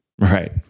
Right